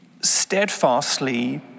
steadfastly